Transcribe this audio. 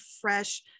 fresh